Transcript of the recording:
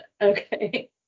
Okay